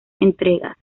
entregas